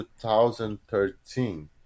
2013